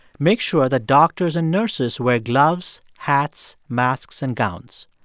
make sure that doctors and nurses wear gloves, hats, masks and gowns.